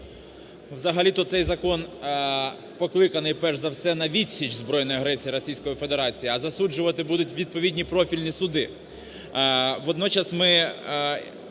Взагалі-то цей закон покликаний перш за все на відсіч збройної агресії Російської Федерації, а засуджувати будуть відповідні профільні суди. Водночас ми